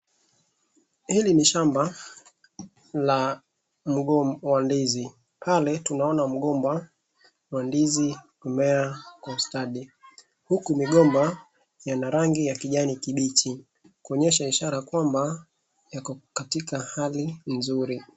Hili ni shamba la mgomba wa ndizi. Pale tunaona mgomba wa ndizi kumea kwa ustadi. Huku migomba yana rangi ya kijani kibichi kuonyesha ishara kwamba yako katika hali nzuri.